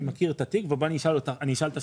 אני מכיר את התיק ואני אשאל את השאלה.